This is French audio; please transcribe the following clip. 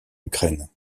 ukraine